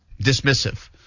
dismissive